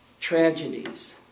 Tragedies